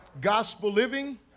gospel-living